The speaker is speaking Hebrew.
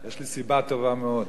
יש לי סיבה טובה מאוד.